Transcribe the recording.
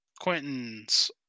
Quentin's